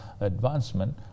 advancement